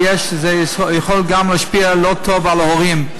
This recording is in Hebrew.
וזה יכול גם להשפיע לא טוב על הורים.